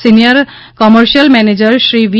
senior commercial manager Shri V